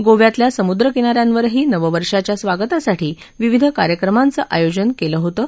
गोव्यातल्या समुद्रकिनाऱ्यांवरही नववर्षाच्या स्वागतासाठी विविध कार्यक्रमांचं आयोजन केलं होतं